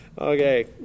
Okay